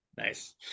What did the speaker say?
nice